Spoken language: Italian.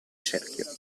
cerchio